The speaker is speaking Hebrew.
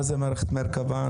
מה זה מערכת מרכב"ה?